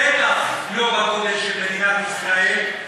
בטח לא בגודל של מדינת ישראל,